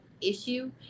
issue